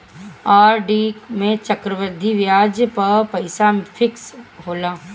RD में चक्रवृद्धि बियाज पअ पईसा फिक्स होला